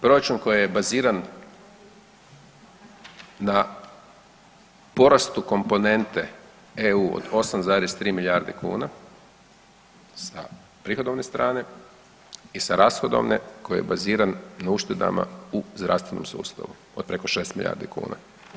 Proračun koji je baziran na porastu komponentu EU od 8,3 milijarde kuna, sa prihodovne strane i sa rashodovne koji je baziran na uštedama u zdravstvenom sustavu, od preko 6 milijardi kuna.